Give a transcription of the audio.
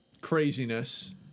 craziness